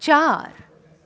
चारि